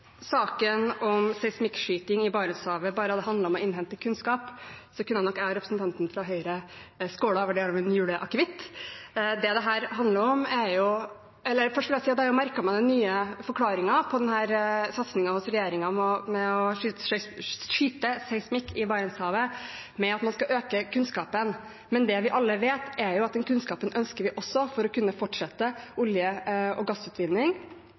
saken om seismikkskyting i Barentshavet bare hadde handlet om å innhente kunnskap, kunne nok jeg og representanten fra Høyre skålet for det med en juleakevitt. Først vil jeg si at jeg har merket meg den nye forklaringen på denne satsingen hos regjeringen på å skyte seismikk i Barentshavet med at man skal øke kunnskapen, men det vi alle vet, er at den kunnskapen ønsker vi også for å kunne fortsette med olje- og gassutvinning,